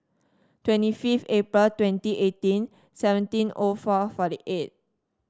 twenty fifth April twenty eighteen seventeen O four forty eight